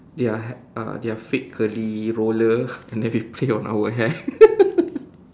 their hand uh their fake curly roller and then we play on our hair